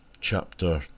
Chapter